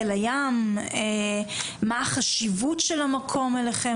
בחיל הים, מה החשיבות של המקום לכם.